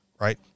Right